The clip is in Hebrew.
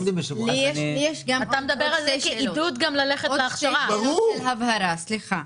לי יש גם עוד שתי שאלות של הבהרה, סליחה.